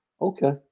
okay